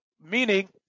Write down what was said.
Meaning